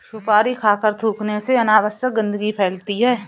सुपारी खाकर थूखने से अनावश्यक गंदगी फैलती है